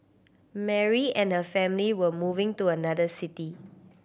Mary and her family were moving to another city